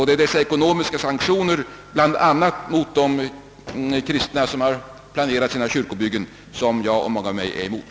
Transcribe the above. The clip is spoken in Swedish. Det är dessa sanktioner, bl.a. mot de kristna som har planerat sina kyrkobyggen, som jag och många med mig går emot.